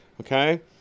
Okay